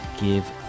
give